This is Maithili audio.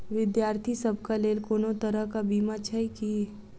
विद्यार्थी सभक लेल कोनो तरह कऽ बीमा छई की?